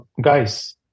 guys